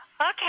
Okay